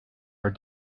are